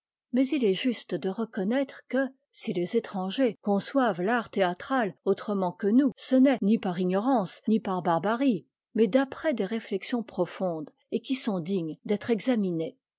mais il est juste de reconnaître que si les étrangers conçoivent l'art théâtral autrement que nous ce n'est ni par ignorance ni par barbarie mais d'après des réflexions profondes et qui sont dignes d'être examinées